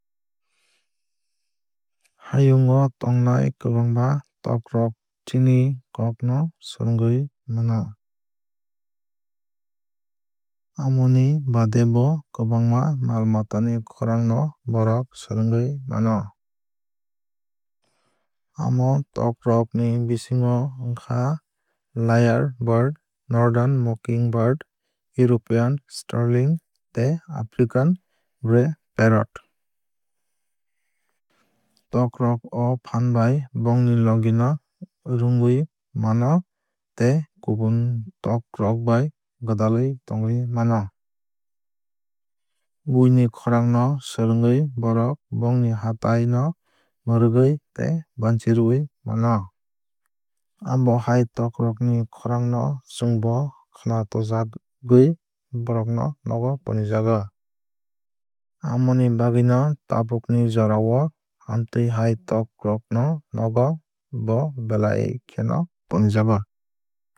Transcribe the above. Hayung o tongnai kwbangma tok rok chini kokno swrwngwui mano. Amo baade bo kwbangma mal matani khowang no bohrok swrwngwui mano. Amo tok rok ni bisingo wngkha lyrebird northern mockingbird european starling tei african grey parrot. Tok rok o phaan bai bongni logi no rwngwui mano tei kubun tok rok bai gwdalwui tongwui mano. Buini khornag no swrwngwui borok bongni hatai no mwrwgwui tei banchirwui mano. Abo hai tok rok ni khorang no chwng bo khwnatokjagwui bohrokno nogo tonijago. Amo ni bagwui no tabuk ni jorao amotwui hai tok rok no nogo bo belai khe tonijago.